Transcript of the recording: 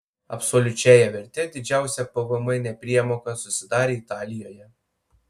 absoliučiąja verte didžiausia pvm nepriemoka susidarė italijoje